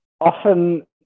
often